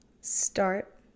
start